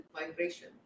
vibration